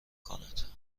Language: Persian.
کند